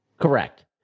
correct